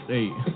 eight